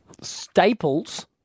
Staples